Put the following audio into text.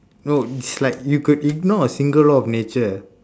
no it's like you could ignore a single law of nature